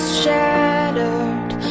shattered